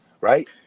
Right